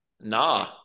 Nah